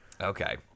Okay